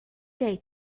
day